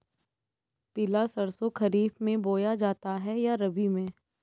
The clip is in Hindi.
पिला सरसो खरीफ में बोया जाता है या रबी में?